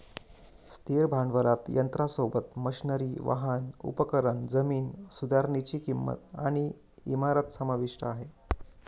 स्थिर भांडवलात यंत्रासोबत, मशनरी, वाहन, उपकरण, जमीन सुधारनीची किंमत आणि इमारत समाविष्ट आहे